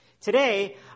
Today